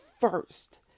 first